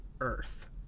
earth